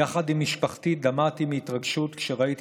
יחד עם משפחתי דמעתי מהתרגשות כשראיתי